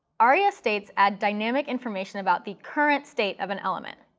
aria states add dynamic information about the current state of an element.